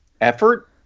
effort